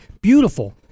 beautiful